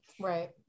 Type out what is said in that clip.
Right